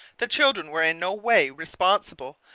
the children were in no way responsible,